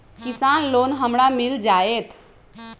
किसान लोन हमरा मिल जायत?